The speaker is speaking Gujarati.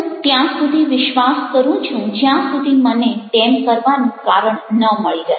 હું ત્યાં સુધી વિશ્વાસ કરું છું જ્યાં સુધી મને તેમ કરવાનું કારણ ન મળી રહે